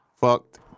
Fucked